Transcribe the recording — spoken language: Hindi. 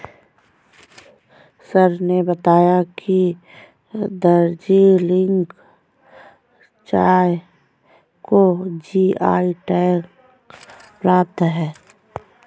सर ने बताया कि दार्जिलिंग चाय को जी.आई टैग प्राप्त है